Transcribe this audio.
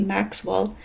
Maxwell